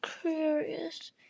curious